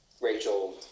Rachel